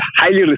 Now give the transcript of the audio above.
highly